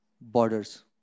borders